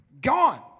Gone